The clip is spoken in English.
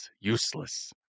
Useless